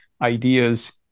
ideas